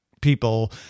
people